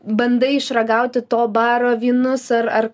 bandai išragauti to baro vynus ar